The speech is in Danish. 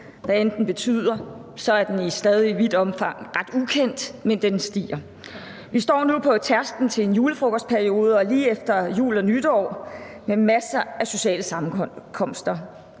hvad end den betyder, i vidt omfang ret ukendt, men den stiger. Vi står nu på tærsklen til en julefrokostperiode og tiden lige efter jul og nytår med masser af sociale sammenkomster,